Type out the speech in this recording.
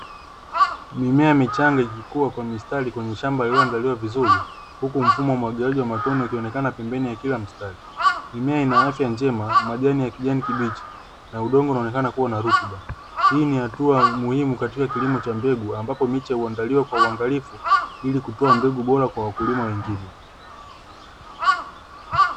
Mimea michanga ikikua kwa mistari kwenye shamba lililoandaliwa vizuri, huku mfumo wa umwagiliaji wa matone ukionekana pembeni ya kila mstari. Mimea ina afya njema, majani ya kijani kibichi na udongo unaonekana kuwa na rutuba. Hii ni hatua muhimu katika kilimo cha mbegu, ambapo miche huandaliwa kwa uangalifu, ili kutoa mbegu bora kwa wakulima wengine.